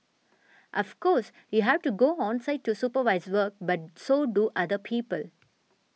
of course you have to go on site to supervise work but so do other people